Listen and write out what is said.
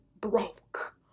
broke